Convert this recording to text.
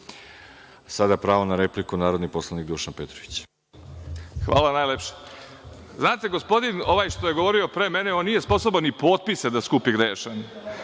pravo na repliku, narodni poslanik Dušan Petrović. **Dušan Petrović** Hvala najlepše. Znate, gospodin, ovaj što je govorio pre mene, on nije sposoban ni potpise da skupi, grešan.